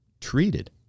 treated